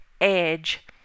edge